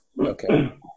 Okay